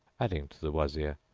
adding to the wazir,